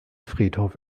friedhof